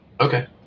Okay